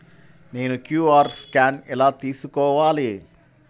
నేను QR scan ఎలా తీసుకోవాలి?